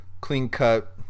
clean-cut